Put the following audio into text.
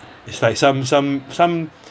it's like some some some